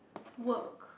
work